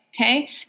Okay